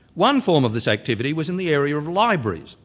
one form of this activity was in the area of libraries.